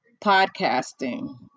podcasting